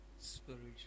spiritual